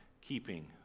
keeping